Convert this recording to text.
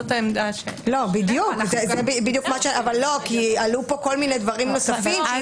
כי עלו פה דברים נוספים.